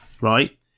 right